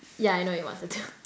yeah I know you wanted to